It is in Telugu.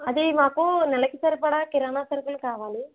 అదే మాకు నెలకి సరిపడా కిరాణా సరుకులు కావాలి